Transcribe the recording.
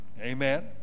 Amen